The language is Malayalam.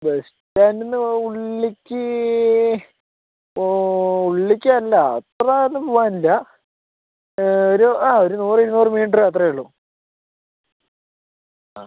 ബസ്സ് സ്റ്റാന്റിൽനിന്നു ഉള്ളിലേക്ക് ഇപ്പോൾ ഉള്ളിലേക്കല്ലാ അത്രയൊന്നും പോവാനില്ല ഒരു ആ ഒരു നൂറു ഇരുന്നൂറ് മീറ്റർ അത്രയേ ഉള്ളൂ ആ